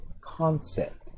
concept